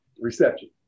reception